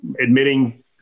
admitting